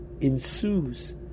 ensues